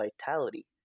Vitality